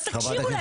אז תקשיבו להם.